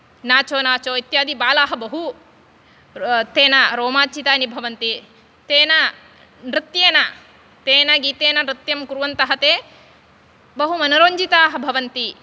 nacho नाचो इत्यादि बालाः बहु तेन रोमाञ्चितानि भवन्ति तेन नृत्येन तेन गीतेन नृत्यं कुर्वन्तः ते बहु मनोरञ्जिताः भवन्ति